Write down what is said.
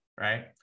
right